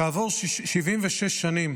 כעבור 76 שנים